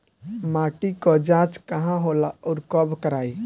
माटी क जांच कहाँ होला अउर कब कराई?